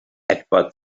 etwa